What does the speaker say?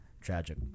Tragic